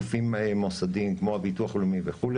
גופים מוסדיים כמו הביטוח הלאומי וכו',